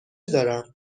دارم